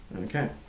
Okay